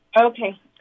Okay